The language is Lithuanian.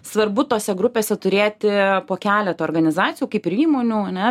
svarbu tose grupėse turėti po keletą organizacijų kaip ir įmonių ane